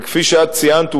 וכפי שאת ציינת,